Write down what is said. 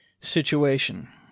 situation